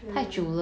ya